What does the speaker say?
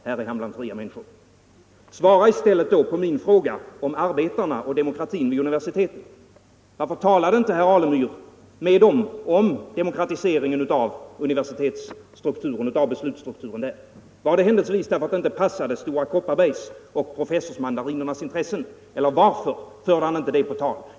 Här är han bland fria människor. Svara i stället på min fråga om arbetarna och demokratin vid universiteten. Varför talade inte herr Alemyr med dem om demokratiseringen av beslutsstrukturen vid universiteten? Var det händelsevis därför att det inte passade Stora Kopparbergs och professormandarinernas intressen? Eller varför för han inte det på tal?